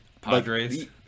Padres